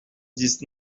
dix